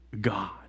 God